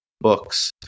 books